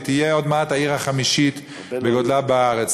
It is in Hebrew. והיא תהיה עוד מעט העיר החמישית בגודלה בארץ.